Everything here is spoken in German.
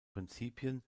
prinzipien